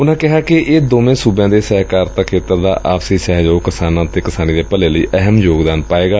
ਉਨੂਾਂ ਕਿਹਾ ਕਿ ਦੋਵੇਂ ਸੁਬਿੱਆਂ ਦੇ ਸਹਿਕਾਰਤਾ ਖੇਤਰ ਦਾ ਆਪਸੀ ਸਹਿਯੋਗ ਕਿਸਾਨਾਂ ਤੇ ਕਿਸਾਨੀ ਦੇ ਭਲੇ ਲਈ ਅਹਿਮ ਯੋਗਦਾਨ ਪਾਵੇਗਾ